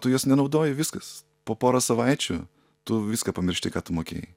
tu jos nenaudoji viskas po porą savaičių tu viską pamiršti ką tu mokėjai